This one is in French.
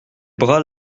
bras